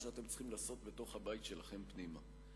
שאתם צריכים לעשות בתוך הבית שלכם פנימה.